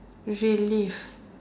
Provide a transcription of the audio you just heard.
usually